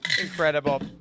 incredible